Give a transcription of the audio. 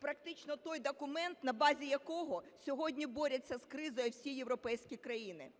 практично той документ, на базі якого сьогодні борються з кризою всі європейські країни.